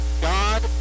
God